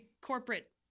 corporate